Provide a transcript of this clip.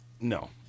no